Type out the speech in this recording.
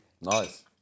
Nice